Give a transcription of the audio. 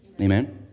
amen